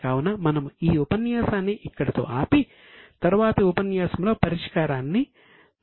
కావున మనము ఈ ఉపన్యాసాన్ని ఇక్కడితో ఆపి తరువాతి ఉపన్యాసంలో పరిష్కారాన్ని నేను మీకు చూపిస్తాను